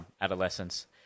adolescence